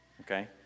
Okay